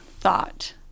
thought